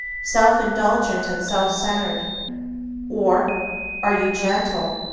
self-indulgent, and self-centered or are you gentle,